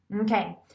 Okay